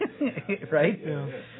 Right